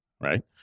right